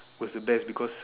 was the best because